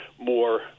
more